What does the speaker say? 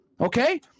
okay